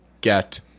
get